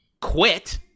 quit